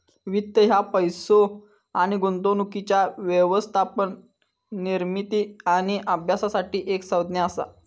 वित्त ह्या पैसो आणि गुंतवणुकीच्या व्यवस्थापन, निर्मिती आणि अभ्यासासाठी एक संज्ञा असा